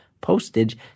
postage